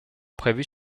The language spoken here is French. prévues